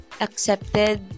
accepted